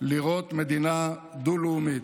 לראות מדינה דו-לאומית.